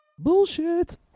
Bullshit